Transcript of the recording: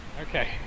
Okay